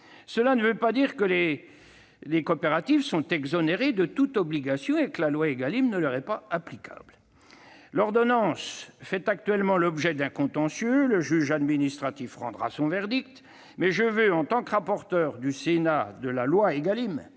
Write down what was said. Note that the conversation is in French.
Cela ne veut pas dire que les coopératives doivent être exonérées de toute obligation et que la loi Égalim ne leur est pas applicable. L'ordonnance fait actuellement l'objet d'un contentieux, le juge administratif rendra son verdict, mais en tant que rapporteur du projet de loi Égalim